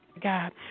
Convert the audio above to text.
God